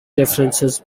references